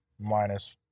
minus